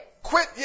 quit